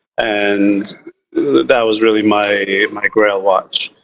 and that was really my my grail watch.